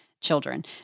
children